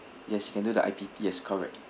yes can do the I_P_P yes correct